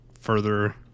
further